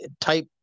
type